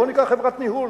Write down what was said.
בוא ניקח חברת ניהול